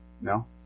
No